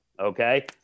Okay